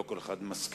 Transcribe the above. לא כל אחד מסכים.